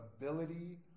ability